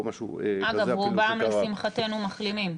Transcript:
אגב, רובם, לשמחתנו, מחלימים.